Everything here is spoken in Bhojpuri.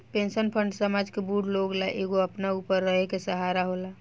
पेंशन फंड समाज के बूढ़ लोग ला एगो अपना ऊपर रहे के सहारा होला